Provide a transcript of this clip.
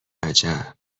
عجب